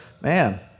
man